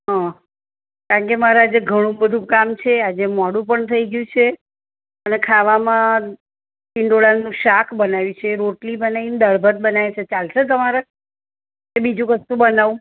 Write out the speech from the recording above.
હ કારણકે મારે આજે ઘણું બધું કામ છે આજે મોડું પણ થઈ ગયું છે અને ખાવામાં ટીંડોરાનું શાક બનાવ્યું છે રોટલી બનાવી ને દાળભાત બનાવ્યાં છે ચાલશે તમારે બીજું કશું બનાવું